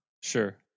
Sure